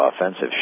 offensive